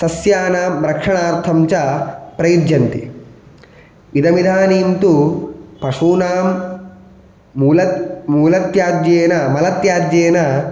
सस्यानां रक्षणार्थं च प्रयुज्यन्ते इदमिदानीं तु पशूनां मूल मूलत्याज्येन मलत्याज्येन